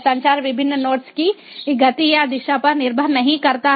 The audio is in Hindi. संचार विभिन्न नोड्स की गति या दिशा पर निर्भर नहीं करता है